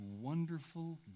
wonderful